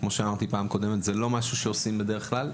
כמו שאמרתי זה לא משהו שעושים בדרך כלל.